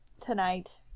tonight